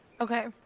Okay